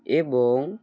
এবং